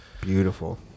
Beautiful